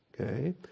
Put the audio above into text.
Okay